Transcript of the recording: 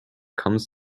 comes